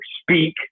speak